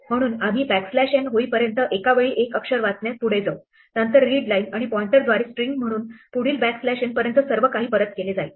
म्हणून आम्ही backslash n होईपर्यंत एका वेळी एक अक्षर वाचण्यास पुढे जाऊ नंतर रीडलाईन आणि पॉइंटरद्वारे स्ट्रिंग म्हणून पुढील बॅकस्लॅश n पर्यंत सर्व काही परत केले जाईल